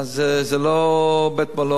זה לא בית-מלון,